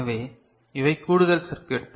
எனவே இவை கூடுதல் சர்கிட்